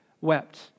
wept